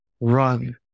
run